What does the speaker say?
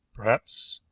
perhaps,